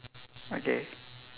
okay